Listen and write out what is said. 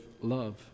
love